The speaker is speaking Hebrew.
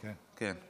כן.